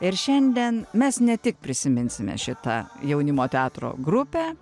ir šiandien mes ne tik prisiminsime šitą jaunimo teatro grupę